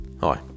Hi